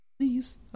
Please